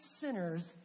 sinners